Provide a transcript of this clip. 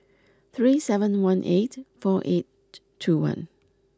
three seven one eight four eight two one